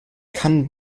kann